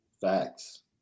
Facts